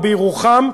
או בירוחם,